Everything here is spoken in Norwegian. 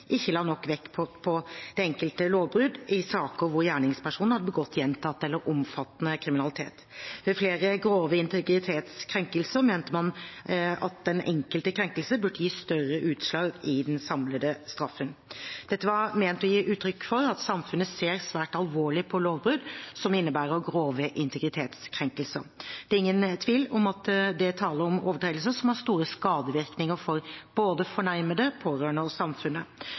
ikke la nok vekt på det enkelte lovbrudd i saker der gjerningspersonen hadde begått gjentatt eller omfattende kriminalitet. Ved flere grove integritetskrenkelser mente man at den enkelte krenkelse burde gi større utslag i den samlede straffen. Dette var ment å gi uttrykk for at samfunnet ser svært alvorlig på lovbrudd som innebærer grove integritetskrenkelser. Det er ingen tvil om at det er tale om overtredelser som har store skadevirkninger for både fornærmede, pårørende og samfunnet.